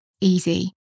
easy